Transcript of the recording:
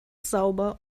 sauber